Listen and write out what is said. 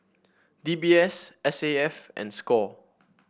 D B S S A F and Score